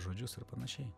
žodžius ar panašiai